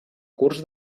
curs